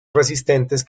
resistentes